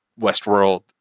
Westworld